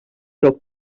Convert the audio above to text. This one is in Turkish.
çok